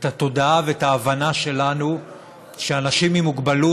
את התודעה ואת ההבנה שלנו שאנשים עם מוגבלות